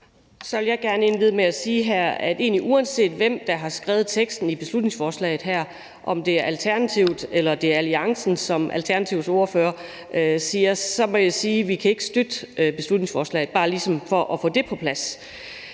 Så vil jeg gerne indlede med at sige, at uanset hvem der har skrevet teksten i beslutningsforslaget her, altså om det er Alternativet eller alliancen, som Alternativets ordfører siger, så kan vi ikke støtte beslutningsforslaget. Det er bare lige sådan for at få det på plads.